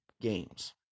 games